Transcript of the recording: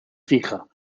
fija